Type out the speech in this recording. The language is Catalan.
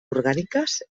orgàniques